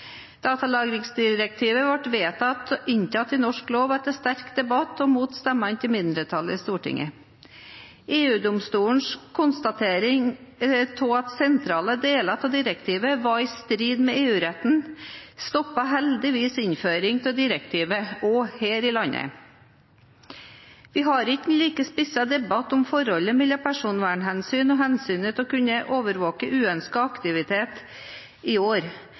Datalagringsdirektivet ble vedtatt og inntatt i norsk lov etter sterk debatt og mot stemmene til mindretallet i Stortinget. EU-domstolens konstatering av at sentrale deler av direktivet var i strid med EU-retten stoppet heldigvis innføring av direktivet også her i landet. Vi har ikke en like spisset debatt om forholdet mellom personvernhensyn og hensynet til å kunne overvåke uønsket aktivitet i år,